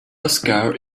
oscar